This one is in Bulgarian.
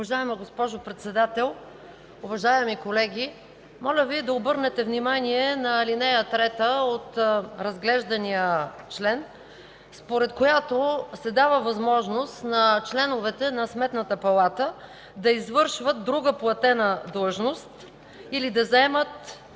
Уважаема госпожо Председател, уважаеми колеги! Моля Ви да обърнете внимание на ал. 3 от разглеждания член, според която се дава възможност на членовете на Сметната палата да извършват друга платена дейност или да заемат